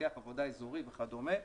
מפקח עבודה אזורי וכדומה.